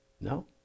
No